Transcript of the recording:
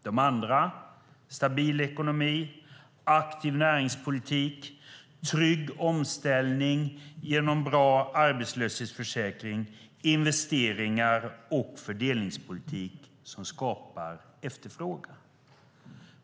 De andra är stabil ekonomi, aktiv näringspolitik, trygg omställning genom bra arbetslöshetsförsäkring, investeringar och fördelningspolitik som skapar efterfrågan.